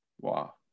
Wow